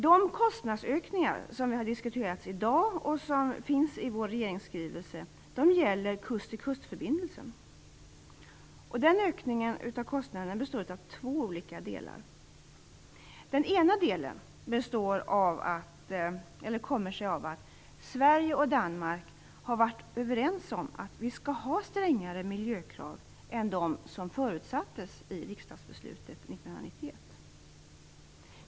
De kostnadsökningar som har diskuterats i dag och som finns i vår regeringsskrivelse gäller kust-till-kustförbindelsen. Den ökningen av kostnaden består av två olika delar. Den ena delen kommer sig av att Sverige och Danmark har varit överens om att vi skall ha strängare miljökrav än de som förutsattes i riksdagsbeslutet 1991.